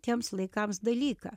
tiems laikams dalyką